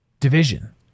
division